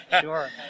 sure